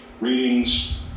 readings